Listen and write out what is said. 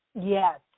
Yes